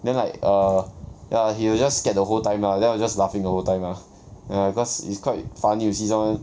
then like err ya he was just scared the whole time lah then I was just laughing the whole time lah ya because it is quite funny you see someone